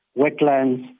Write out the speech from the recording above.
wetlands